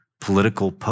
political